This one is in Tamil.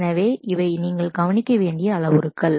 எனவே இவை நீங்கள் கவனிக்க வேண்டிய அளவுருக்கள்